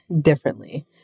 differently